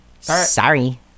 Sorry